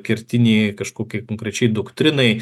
kertiniai kažkokiai konkrečiai doktrinai